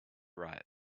right